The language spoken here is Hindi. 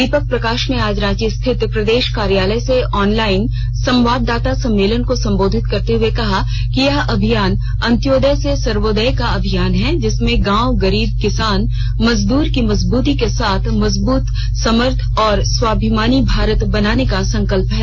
दीपक प्रकाष ने आज रांची स्थित प्रदेष कार्यालय से ऑनलाइन संवाददाता सम्मेलन को संबोधित करते हुए कहा कि यह अभियान अंत्योदय से सर्वोदय का अभियान है जिसमें गांव गरीब किसान मजद्र की मजबुती के साथ मजबुत समर्थ और स्वाभिमानी भारत बनाने का संकल्प है